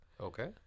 Okay